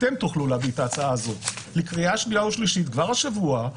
אתם תוכלו להביא את ההצעה הזאת לקריאה שנייה ושלישית כבר השבוע,